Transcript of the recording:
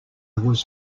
was